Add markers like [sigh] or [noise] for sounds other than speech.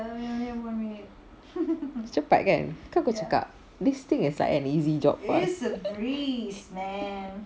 cepat kan kan aku cakap this thing is like an easy job for us [laughs]